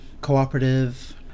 cooperative